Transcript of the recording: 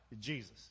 Jesus